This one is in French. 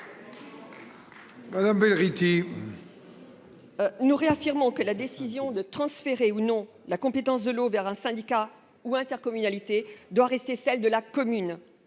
la réplique. Nous réaffirmons que la décision de transférer ou non la compétence de l'eau vers un syndicat ou une intercommunalité doit rester celle de la commune.